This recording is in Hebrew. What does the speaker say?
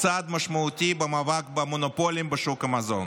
צעד משמעותי במאבק במונופולים בשוק המזון